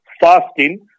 fasting